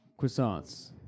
Croissants